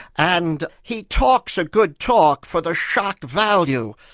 and he talks a good talk for the shock value,